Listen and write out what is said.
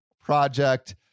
project